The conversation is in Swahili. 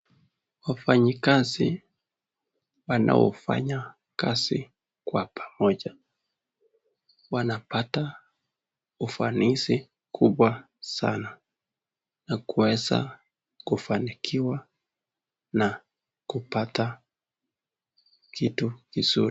Wafanyakazi wanaofanya fanya kazi kwa pamoja wanapata ufanisi kubwa sana na kuweza kufanikiwa na kupata kitu kizuri.